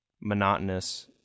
monotonous